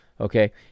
Okay